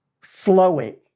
flowing